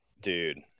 Dude